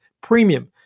premium